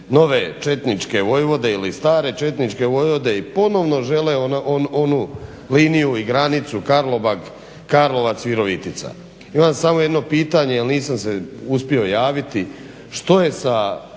nove četničke vojvode ili stare četničke vojvode i ponovno žele onu liniju i granicu Karlobag, Karlovac, Virovitica. Imam samo jedno pitanje jer nisam se uspio javiti što je sa